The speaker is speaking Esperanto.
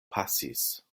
pasis